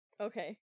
Okay